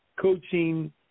coaching